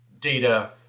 data